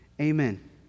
Amen